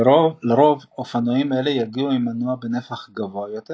לרוב אופנועים אלו יגיעו עם מנוע בנפח גבוה יותר,